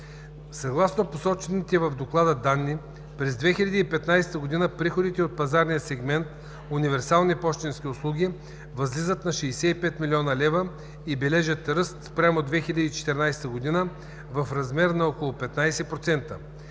Съгласно посочените в доклада данни, през 2015 г. приходите от пазарния сегмент универсални пощенски услуги възлизат на 65 млн. лв. и бележат ръст спрямо 2014 г. в размер на около 15%.